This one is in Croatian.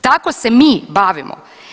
Tako se mi bavimo.